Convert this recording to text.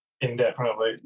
Indefinitely